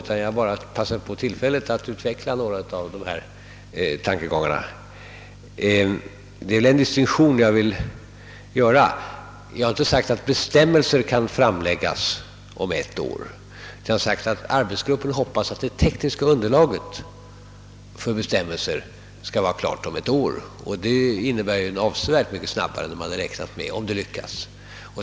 Jag begagnade bara tillfället till att utveckla några tankegångar. Jag vill göra en distinktion. Jag har inte uttalat att bestämmelser kommer att framläggas om ett år, utan jag har framhållit att arbetsgruppen hoppas att det tekniska underlaget för bestämmelser skall vara klart om ett år, vilket är avsevärt snabbare än vad den hade räknat med — om det nu lyckas.